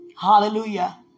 Hallelujah